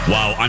Wow